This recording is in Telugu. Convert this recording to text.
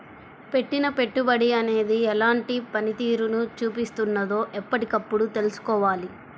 పెట్టిన పెట్టుబడి అనేది ఎలాంటి పనితీరును చూపిస్తున్నదో ఎప్పటికప్పుడు తెల్సుకోవాలి